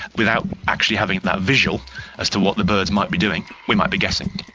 without actually having that visual as to what the birds might be doing, we might be guessing.